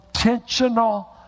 Intentional